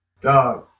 Dog